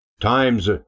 times